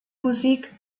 musik